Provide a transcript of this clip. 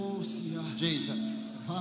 Jesus